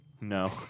No